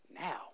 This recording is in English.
now